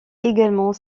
également